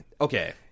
okay